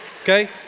Okay